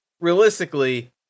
realistically